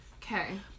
Okay